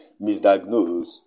misdiagnosed